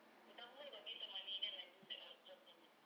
the government got give some money then I do like odd jobs in betw~